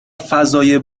فضای